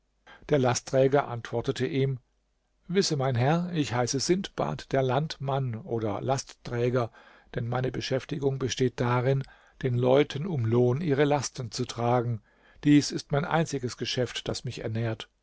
der lastträger antwortete ihm wisse mein herr ich heiße sindbad der landmann oder lastträger denn meine beschäftigung besteht darin den leuten um lohn ihre lasten zu tragen dies ist mein einziges geschäft das mich ernährt